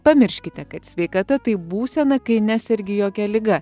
pamirškite kad sveikata tai būsena kai nesergi jokia liga